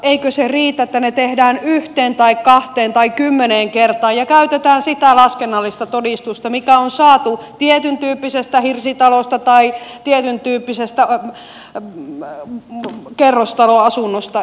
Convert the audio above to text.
eikö riitä että ne tehdään yhteen tai kahteen tai kymmeneen kertaan ja käytetään sitä laskennallista todistusta mikä on saatu tietyntyyppisestä hirsitalosta tai tietyntyyppisestä kerrostaloasunnosta